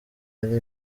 yari